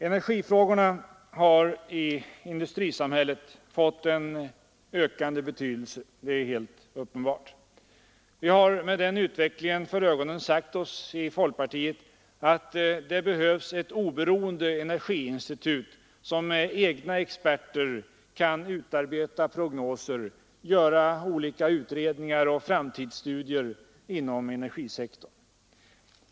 Energifrågorna har i industrisamhället fått en ökande betydelse. Det är helt uppenbart. Vi har med den utvecklingen för ögonen sagt oss i folkpartiet att det behövs ett oberoende energiinstitut, som med egna experter kan utarbeta prognoser och göra olika utredningar och framtidsstudier inom energisektorn.